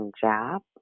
job